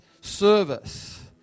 service